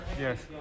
Yes